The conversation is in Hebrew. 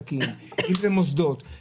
מהמס וכך אנחנו נותנים לו מוטיבציה שלילית.